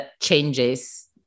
changes